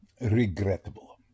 regrettable